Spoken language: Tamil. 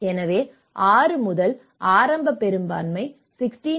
எனவே 6 முதல் ஆரம்ப பெரும்பான்மை 16